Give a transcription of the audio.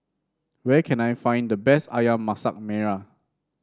where can I find the best ayam Masak Merah